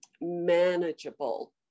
manageable